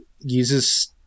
uses